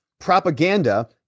propaganda